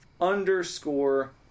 underscore